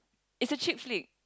it's a chick flick